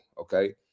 okay